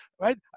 Right